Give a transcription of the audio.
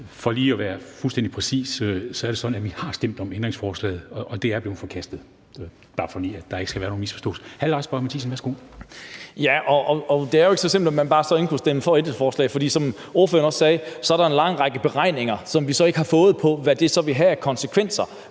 For lige at være fuldstændig præcis er det sådan, at vi har stemt om ændringsforslagene, og de er blevet forkastet. Det er bare lige for, at der ikke skal være nogen misforståelse. Hr. Lars Boje Mathiesen. Kl. 13:40 Lars Boje Mathiesen (NB): Det er jo ikke så simpelt, at man så bare kunne stemme for ændringsforslagene, for som ordføreren også sagde, er der en lang række beregninger, som vi ikke har fået, af, hvad det så vil have af konsekvenser,